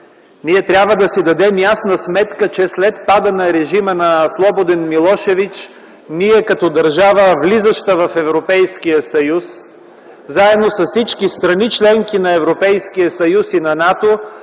Трябва да си дадем ясна сметка, че след падане на режима на Слободан Милошевич, като държава, влизаща в Европейския съюз, заедно с всички страни – членки на Европейския съюз и на НАТО,